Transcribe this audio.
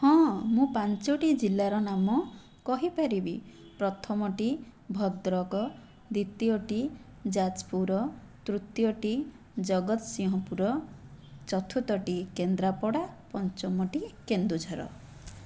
ହଁ ମୁଁ ପାଞ୍ଚୋଟି ଜିଲ୍ଲାର ନାମ କହିପାରିବି ପ୍ରଥମଟି ଭଦ୍ରକ ଦ୍ୱିତୀୟଟି ଯାଜପୁର ତୃତୀୟଟି ଜଗତସିଂହପୁର ଚତୁର୍ଥଟି କେନ୍ଦ୍ରାପଡ଼ା ପଞ୍ଚମଟି କେନ୍ଦୁଝର